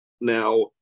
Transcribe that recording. Now